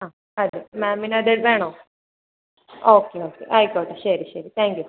ആ അതെ മാമിന് അത് വേണോ ഓക്കെ ഓക്കെ ആയിക്കോട്ടെ ശരി ശരി താങ്ക് യൂ